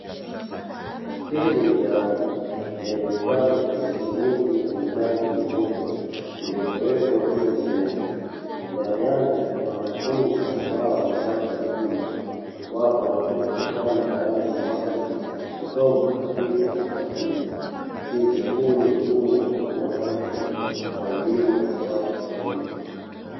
Hili ni darasa lenye vifaa vya kielektroniki vyenye rangi nyeupe vilivyowekwa juu ya meza, ndani yake kuna wanafunzi ambao ni watu wazima wapo wakielekezana baadhi ya mambo kutoka katika vifaa hivyo, hivyo huu ni mfumo usiokuwa rasmi wa elimu ya watu wazima.